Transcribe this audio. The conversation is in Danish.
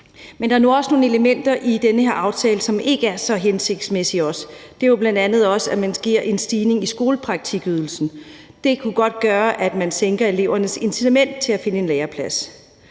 Men der er nu også nogle elementer i den her aftale, som ikke er så hensigtsmæssige, og det er bl.a. også, at man giver en stigning i skolepraktikydelsen. Det kunne godt gøre, at man sænker elevernes incitament til at finde en læreplads.